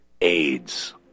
AIDS